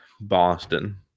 Boston